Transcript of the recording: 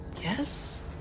yes